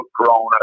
Corona